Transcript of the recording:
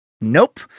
Nope